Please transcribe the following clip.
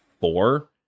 four